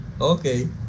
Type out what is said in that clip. okay